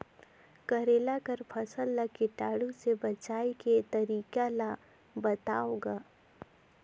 करेला कर फसल ल कीटाणु से बचाय के तरीका ला बताव ग?